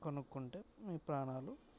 కొనుక్కుంటే మీ ప్రాణాలు